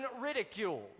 ridicule